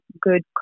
good